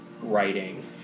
writing